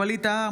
ווליד טאהא,